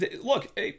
look